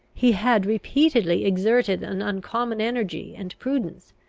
he had repeatedly exerted an uncommon energy and prudence,